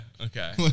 okay